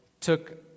took